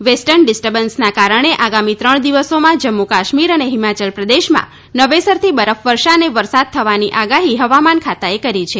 western ડિસ્ટબન્સના કારણે આગામી ત્રણ દિવસોમાં જમ્મુ કાશ્મીર અને હિમાચલ પ્રદેશમાં નવેસરથી બરફવર્ષા અને વરસાદ થવાની હવામાન ખાતાએ આગાહી કરી છે